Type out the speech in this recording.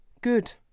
good